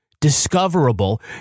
discoverable